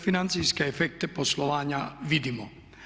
Financijske efekte poslovanja vidimo.